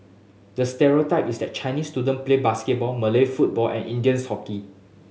the stereotype is that Chinese student play basketball Malay football and Indians hockey